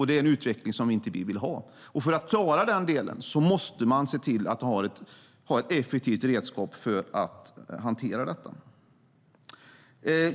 Det är en utveckling som vi inte vill ha. För att klara det måste man ha ett effektivt redskap för att hantera detta.